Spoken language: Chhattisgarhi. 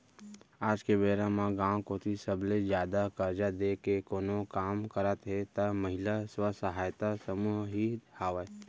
आज के बेरा म गाँव कोती सबले जादा करजा देय के कोनो काम करत हे त महिला स्व सहायता समूह ही हावय